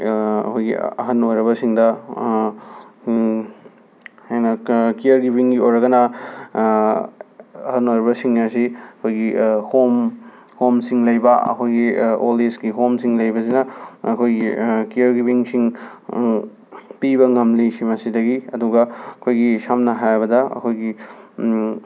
ꯑꯩꯈꯣꯏꯒꯤ ꯑꯍꯜ ꯑꯣꯏꯔꯕꯁꯤꯡꯗ ꯍꯦꯟꯅ ꯀ ꯀ꯭ꯌꯔꯒꯤꯕꯤꯡꯒꯤ ꯑꯣꯏꯔꯒꯅ ꯑꯍꯜ ꯑꯣꯏꯔꯕꯁꯤꯡ ꯑꯁꯤ ꯑꯩꯈꯣꯏꯒꯤ ꯍꯣꯝ ꯍꯣꯝꯁꯤꯡ ꯂꯩꯕ ꯑꯩꯈꯣꯏꯒꯤ ꯑꯣꯜ ꯑꯦꯁꯒꯤ ꯍꯣꯝꯁꯤꯡ ꯂꯩꯕꯖꯤꯅ ꯑꯩꯈꯣꯏꯒꯤ ꯀ꯭ꯌꯔꯒꯤꯕꯤꯡꯁꯤꯡ ꯄꯤꯕ ꯉꯝꯂꯤ ꯁꯤ ꯃꯁꯤꯗꯒꯤ ꯑꯗꯨꯒ ꯑꯩꯈꯣꯏꯒꯤ ꯁꯝꯅ ꯍꯥꯏꯔꯕꯗ ꯑꯩꯈꯣꯏꯒꯤ